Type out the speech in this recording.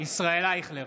ישראל אייכלר,